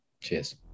Cheers